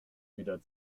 wieder